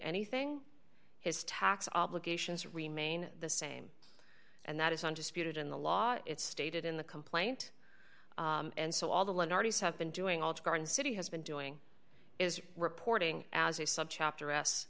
anything his tax obligations remain the same and that is undisputed in the law it's stated in the complaint and so all the artists have been doing all this garden city has been doing is reporting as a subchapter s